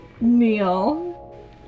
Neil